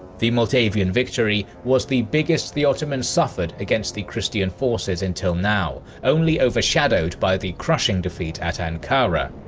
the moldavian victory was the biggest the ottomans suffered against the christian forces until now, only overshadowed by the crushing defeat at ankara,